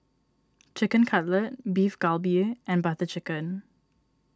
Chicken Cutlet Beef Galbi and Butter Chicken